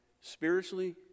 spiritually